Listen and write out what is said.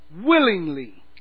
willingly